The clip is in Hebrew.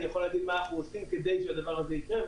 אני יכול להגיד מה שאנחנו עושים כדי שהדבר הזה יקרה.